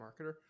marketer